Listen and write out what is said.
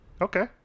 Okay